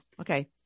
Okay